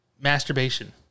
Masturbation